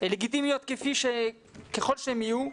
לגיטימיות ככל שהן יהיו,